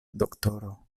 doktoro